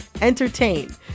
entertain